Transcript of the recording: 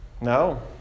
No